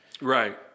Right